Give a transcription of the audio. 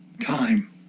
time